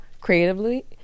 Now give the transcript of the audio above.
creatively